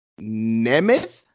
Nemeth